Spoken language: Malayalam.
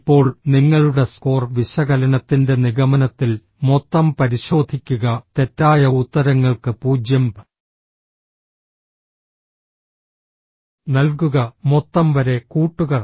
ഇപ്പോൾ നിങ്ങളുടെ സ്കോർ വിശകലനത്തിന്റെ നിഗമനത്തിൽ മൊത്തം പരിശോധിക്കുക തെറ്റായ ഉത്തരങ്ങൾക്ക് 0 നൽകുക മൊത്തം വരെ കൂട്ടുക